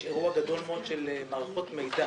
יש אירוע גדול מאוד של מערכות מידע.